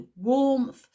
warmth